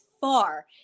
far